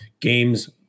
games